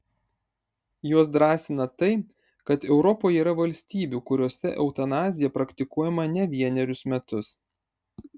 juos drąsina tai kad europoje yra valstybių kuriose eutanazija praktikuojama ne vienerius metus